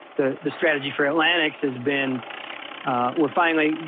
the the strategy for atlantic's has been we're finally,